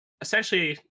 essentially